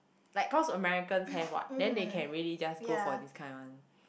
like cause Americans have what then they can really just go for this kind one